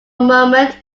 moment